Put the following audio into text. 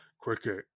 Cricket